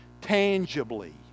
tangibly